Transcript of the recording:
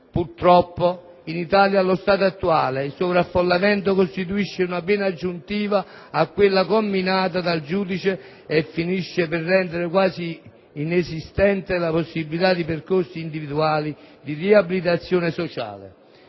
Purtroppo, in Italia, allo stato attuale il sovraffollamento costituisce una pena aggiuntiva a quella comminata dal giudice e finisce per rendere quasi inesistente la possibilità di percorsi individuali di riabilitazione sociale.